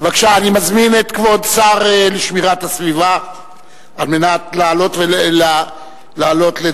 מזמין את כבוד השר לשמירת הסביבה לעלות לדוכן